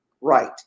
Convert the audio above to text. right